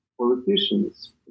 Politicians